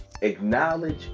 acknowledge